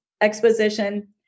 exposition